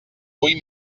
vull